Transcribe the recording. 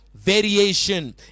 variation